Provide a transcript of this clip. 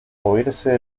oírse